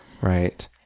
Right